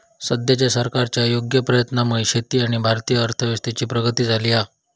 सद्याच्या सरकारच्या योग्य प्रयत्नांमुळे शेती आणि भारतीय अर्थव्यवस्थेची प्रगती झाली हा